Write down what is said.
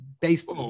based